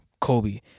Kobe